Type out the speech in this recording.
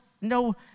no